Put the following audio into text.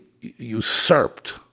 usurped